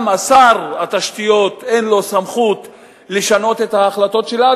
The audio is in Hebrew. גם לשר התשתיות אין סמכות לשנות את ההחלטות שלה,